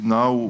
now